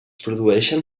produeixen